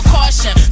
caution